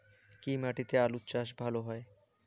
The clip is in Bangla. কি মাটিতে আলু চাষ ভালো হয়?